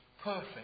perfect